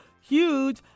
Huge